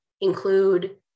include